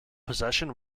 possession